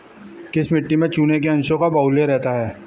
किस मिट्टी में चूने के अंशों का बाहुल्य रहता है?